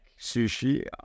sushi